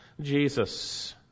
Jesus